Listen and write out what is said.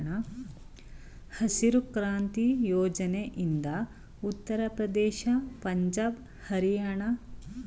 ಹಸಿರು ಕ್ರಾಂತಿ ಯೋಜನೆ ಇಂದ ಉತ್ತರ ಪ್ರದೇಶ, ಪಂಜಾಬ್, ಹರಿಯಾಣ ರಾಜ್ಯಗಳಲ್ಲಿ ಗೋಧಿ ಉತ್ಪಾದನೆ ಹೆಚ್ಚಾಯಿತು